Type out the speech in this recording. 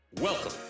Welcome